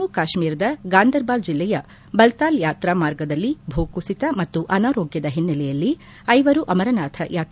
ಜಮ್ಮ ಕಾಶ್ಮೀರದ ಗಾಂದರ್ಬಾಲ್ ಜಿಲ್ಲೆಯಲ್ಲಿ ಬಲ್ತಾಲ್ ಯಾತ್ರಾ ಮಾರ್ಗದಲ್ಲಿ ಭೂಕುಸಿತ ಮತ್ತು ಅನಾರೋಗ್ಯದ ಹಿನ್ನೆಲೆಯಲ್ಲಿ ಐವರು ಅಮರನಾಥ್ ಯಾತ್ರಿಕರ ಸಾವು